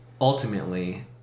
ultimately